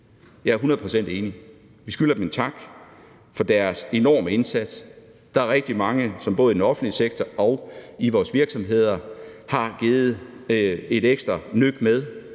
procent enig. Vi skylder dem en tak for deres enorme indsats. Der er rigtig mange, som både i den offentlige sektor og i vores virksomheder har givet et ekstra nøk med,